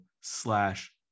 slash